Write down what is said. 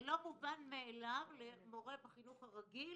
זה לא מובן מאליו למורה בחינוך הרגיל